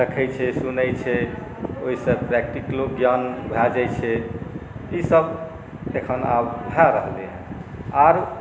देखैत छै सुनैत छै ओहिसँ प्रैक्टिकलो ज्ञान भए जाइत छै ईसभ एखन आब भए रहलै हेँ आओर